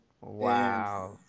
wow